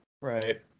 Right